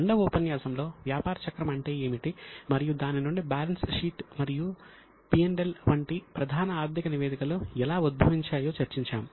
రెండవ ఉపన్యాసంలో వ్యాపార చక్రం అంటే ఏమిటి మరియు దాని నుండి బ్యాలెన్స్ షీట్ మరియు P L వంటి ప్రధాన ఆర్థిక నివేదికలు ఎలా ఉద్భవించాయో చర్చించాము